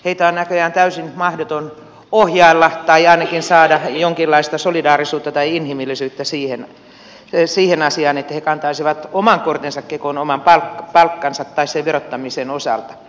on näköjään täysin mahdoton ohjailla heitä tai ainakin saada jonkinlaista solidaarisuutta tai inhimillisyyttä siihen asiaan että he kantaisivat oman kortensa kekoon oman palkkansa tai sen verottamisen osalta